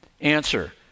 Answer